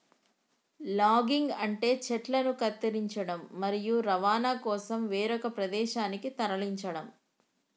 logging అంటే చెట్లను కత్తిరించడం, మరియు రవాణా కోసం వేరొక ప్రదేశానికి తరలించడం